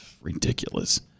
Ridiculous